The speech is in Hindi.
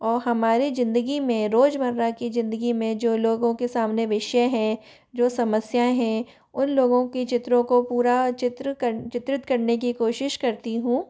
और हमारी ज़िंदगी में रोज़मर्रा की ज़िंदगी में जो लोगों के सामने विषय हैं जो समस्या हैं और लोगों की चित्रों को पूरा चित्र करना चित्रित करने की कोशिश करती हूँ